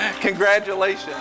Congratulations